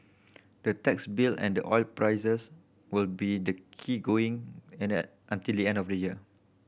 the tax bill and the oil prices will be the key going and an until the end of the year